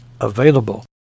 available